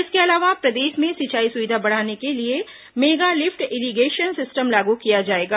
इसके अलावा प्रदेश में सिंचाई सुविधा बढ़ाने के लिए मेगा लिफ्ट इरीगेशन सिस्टम लागू किया जाएगा